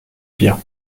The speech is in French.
pire